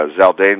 Zaldane